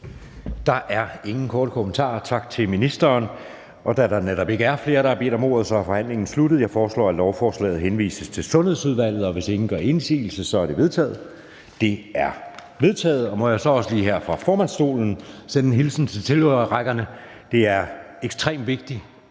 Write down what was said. Der er ingen korte bemærkninger. Tak til ministeren. Da der netop ikke er flere, der har bedt om ordet, er forhandlingen sluttet. Jeg foreslår, at lovforslaget henvises til Sundhedsudvalget. Hvis ingen gør indsigelse, betragter jeg det som vedtaget. Det er vedtaget. Må jeg så også lige her fra formandsstolen sende en hilsen til tilhørerrækkerne. Det er ekstremt vigtigt